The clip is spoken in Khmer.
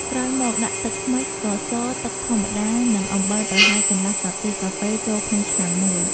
ក្រោយមកដាក់ទឹកខ្មេះ ស្ករស ទឹកធម្មតា និងអំបិលប្រហែល កន្លះស្លាបព្រាកាហ្វេ ចូលក្នុងឆ្នាំងមួយ។